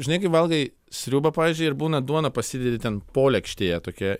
žinai kai valgai sriubą pavyzdžiui ir būna duona pasidedi ten polėkštėje tokioje